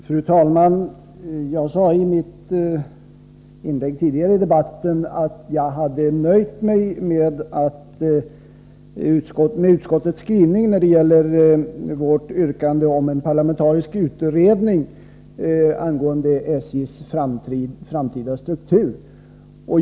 Fru talman! Jag sade i mitt tidigare inlägg i debatten att jag hade nöjt mig med utskottets skrivning när det gäller vårt yrkande om en parlamentarisk utredning angående SJ:s framtida struktur.